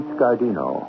Scardino